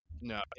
No